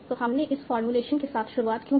तो हमने इस फॉर्मूलेशन के साथ शुरुआत क्यों की